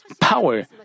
power